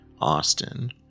austin